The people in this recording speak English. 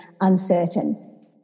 uncertain